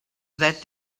that